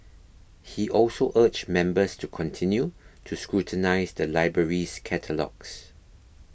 he also urged members to continue to scrutinise the library's catalogues